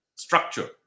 Structure